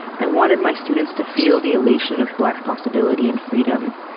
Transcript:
i wanted my students to feel the elation of black possibility and freedom.